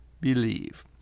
believe